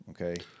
Okay